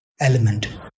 element